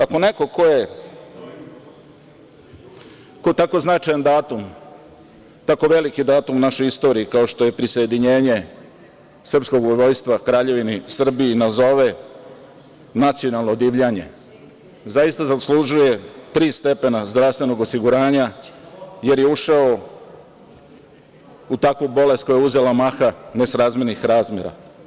Ako neko ko tako značajan datum, tako veliki datum u našoj istoriji kao što je prisajedinjenje srpskog vojvodstva Kraljevini Srbiji nazove nacionalno divljanje, zaista zaslužuje tri stepena zdravstvenog osiguranja, jer je ušao u takvu bolest koja je uzela maha nesrazmernih razmera.